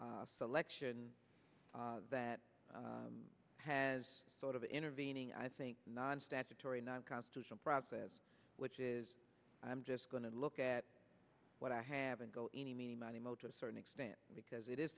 of selection that has sort of intervening i think non statutory non constitutional process which is i'm just going to look at what i haven't got any money motor certain extent because it is